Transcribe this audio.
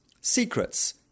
Secrets